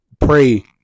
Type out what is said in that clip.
pray